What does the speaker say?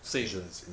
same